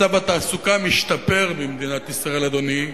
מצב התעסוקה משתפר במדינת ישראל, אדוני,